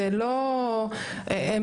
האוכלוסייה היהודית.